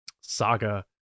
saga